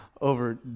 over